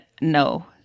no